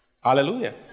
Hallelujah